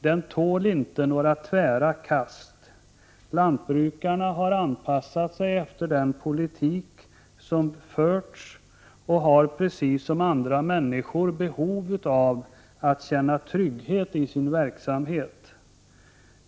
Den tål inte några tvära kast. Lantbrukarna har anpassat sig efter den politik som har förts och har precis som andra människor ett behov av att känna trygghet i sin verksamhet.